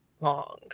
long